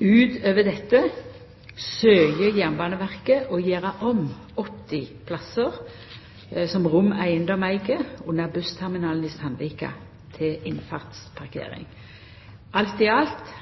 Utover dette søkjer Jernbaneverket å gjera om 80 plassar som Rom Eiendom eig under bussterminalen i Sandvika, til innfartsparkering. Alt i alt